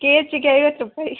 ಕೇ ಜಿಗೆ ಐವತ್ತು ರುಪಾಯ್